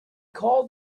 called